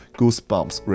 Goosebumps